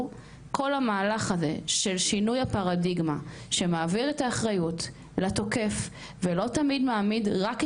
יש מקרים כאלה וגם יש מקרים גם הפוכים ולכן אנחנו רוצים להתייעץ